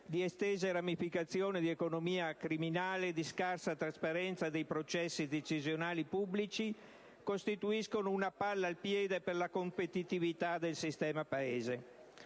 di estese ramificazioni di economia criminale, di scarsa trasparenza dei processi decisionali pubblici, costituisce una palla al piede per la competitività del sistema Paese.